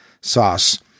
sauce